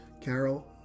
Carol